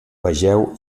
vegeu